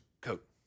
coat